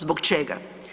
Zbog čega?